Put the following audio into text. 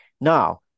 Now